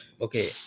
Okay